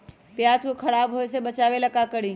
प्याज को खराब होय से बचाव ला का करी?